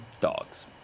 Dogs